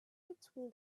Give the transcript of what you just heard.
between